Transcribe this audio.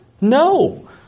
no